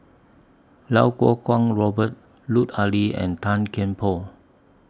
Lau Kuo Kwong Robert Lut Ali and Tan Kian Por